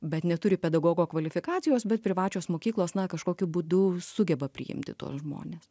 bet neturi pedagogo kvalifikacijos bet privačios mokyklos na kažkokiu būdu sugeba priimti tuos žmones